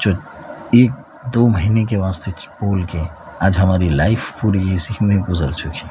جو ایک دو مہینہ کے واسطہ اچ بول کے آج ہماری لائف پوری جیسی گزر چکی ہے